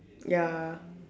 ya